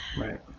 right